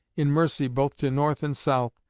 in mercy, both to north and south,